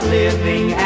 living